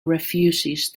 refuses